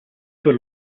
per